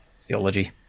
theology